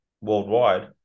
worldwide